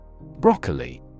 Broccoli